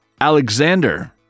Alexander